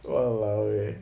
!walao! eh